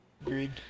Agreed